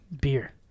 beer